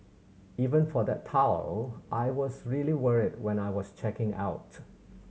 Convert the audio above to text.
even for that towel I was really worried when I was checking out